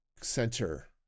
center